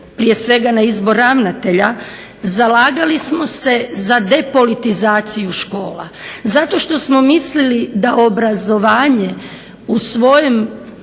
prije svega na izbor ravnatelja zalagali smo se za depolitizaciju škola, zato što smo mislili da obrazovanje u svojem